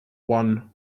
one